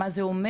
מה זה אומר,